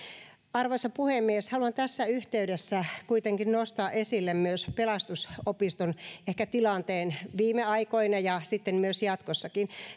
arvoisa puhemies haluan tässä yhteydessä ehkä kuitenkin nostaa esille myös pelastusopiston tilanteen viime aikoina ja jatkossakin